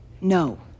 no